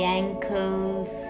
ankles